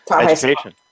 Education